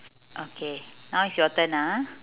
okay now is your turn ah